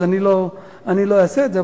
אז אני לא אעשה את זה.